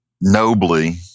nobly